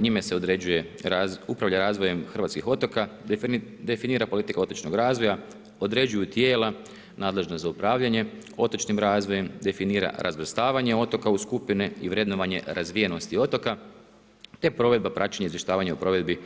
Njime se upravlja razvojem hrvatskih otoka, definira politika otočnog razvoja, određuju tijela nadležna za upravljanje otočnim razvojem, definira razvrstavanje otoka u skupine i vrednovanje razvijenosti otoka te provedba praćenja izvještavanja o provedbi